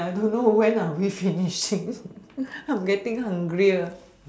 ya I don't know when are we finishing I'm getting hungrier